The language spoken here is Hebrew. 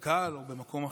בקק"ל או במקום אחר.